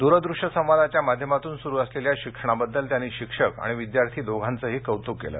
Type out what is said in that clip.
दूरदृष्य संवादाच्या माध्यमातून सुरु असलेल्या शिक्षणाबद्दल त्यांनी शिक्षक आणि विद्यार्थी दोघांचही कौतुक केलं